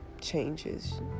changes